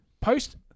post